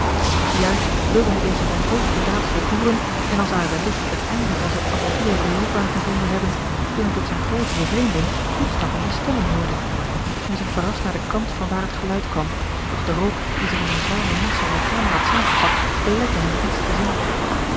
juist wilde hij deze wanhopige daad volvoeren en dan zou hij welligt het einde van zijne avontuurlijke loopbaan gevonden hebben toen hij tot zijne groote bevreemding voetstappen en stemmen hoorde hij zag verrast naar den kant van waar het geluid kwam doch george een ongeluksvogel de rook die zich als eene zware massa in de kamer had zaâmgepakt belette hem iets te zien